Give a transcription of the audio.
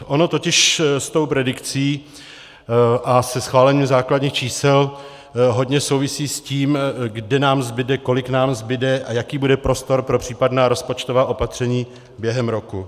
Ono totiž s tou predikcí a schválením základních čísel hodně souvisí s tím, kde nám zbude, kolik nám zbude a jaký bude prostor pro případná rozpočtová opatření během roku.